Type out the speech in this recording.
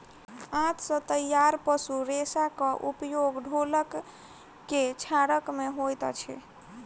आंत सॅ तैयार पशु रेशाक उपयोग ढोलक के छाड़य मे होइत अछि